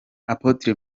apotre